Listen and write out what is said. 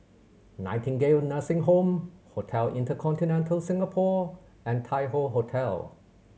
Nightingale Nursing Home Hotel InterContinental Singapore and Tai Hoe Hotel